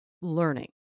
learning